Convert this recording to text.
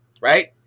right